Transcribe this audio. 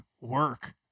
work